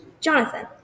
Jonathan